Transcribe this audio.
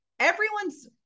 everyone's